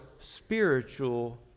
spiritual